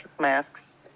masks